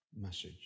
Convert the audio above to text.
message